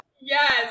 yes